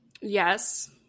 Yes